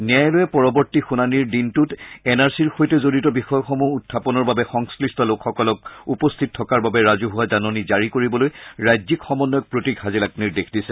ন্যায়ালয়ে পৰৱৰ্তী শুনানিৰ দিনটোত এন আৰ চিৰ সৈতে জড়িত বিষয়সমূহ উখাপনৰ বাবে সংশ্লিষ্ট লোকসকলক উপস্থিত থকাৰ বাবে ৰাজহুৱা জাননী জাৰি কৰিবলৈ ৰাজ্যিক সমন্বয়ক প্ৰতীক হাজেলাক নিৰ্দেশ দিছে